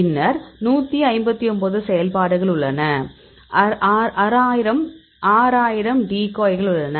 பின்னர் 159 செயல்பாடுகள் உள்ளன 6000 டிகாய்ஸ்கள் உள்ளன